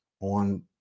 on